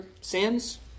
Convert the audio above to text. sins